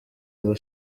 aba